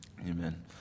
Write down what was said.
Amen